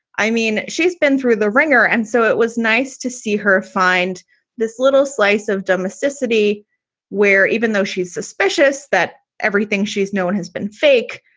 i mean, she's been through the wringer. and so it was nice to see her find this little slice of domesticity where even though she's suspicious that everything she's known has been fake,